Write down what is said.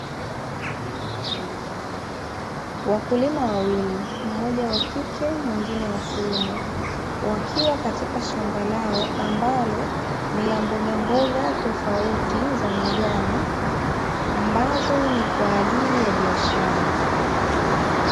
Wakulima wawili, mmoja wa kike mwingine wa kiume, wakiwa katika shamba lao ambalo ni la mbogamboga tofauti za majani, ambazo ni kwa ajili ya biashara.